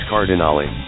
Cardinale